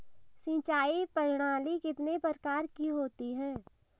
सिंचाई प्रणाली कितने प्रकार की होती हैं?